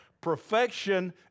Perfection